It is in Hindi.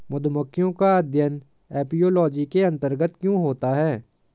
मधुमक्खियों का अध्ययन एपियोलॉजी के अंतर्गत क्यों होता है?